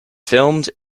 filmed